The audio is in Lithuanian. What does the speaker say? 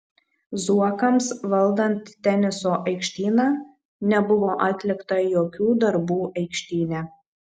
zuokams valdant teniso aikštyną nebuvo atlikta jokių darbų aikštyne